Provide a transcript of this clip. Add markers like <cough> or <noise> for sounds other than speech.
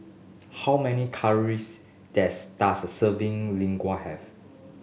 how many calories <unintelligible> does a serving Lasagne have